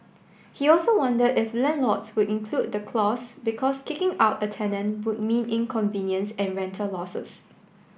he also wondered if landlords would include the clause because kicking out a tenant would mean inconvenience and rental losses